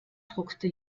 druckste